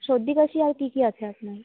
সর্দি কাশি আর কী কী আছে আপনার